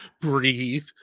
breathe